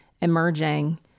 emerging